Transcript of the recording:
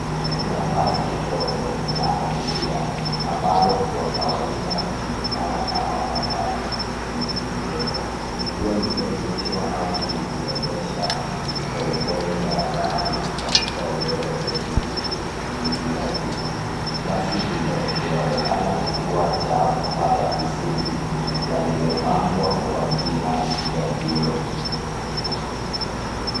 Kuna basi ndogo la abiria ambalo kwa kawaida hujulikana kama matatu nchini Kenya, likiwa limeegeshwa au likiendeshwa polepole barabarani katika eneo lenye shughuli nyingi jijini. Basi hilo linaonekana kuwa na chapa ya Isuzu na limepambwa kwa jina Nyambiro.